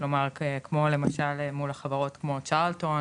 כלומר כמו למשל מול החברות כמו 'צרלטון'